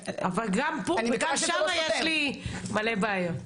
גם שם יש לי מלא בעיות.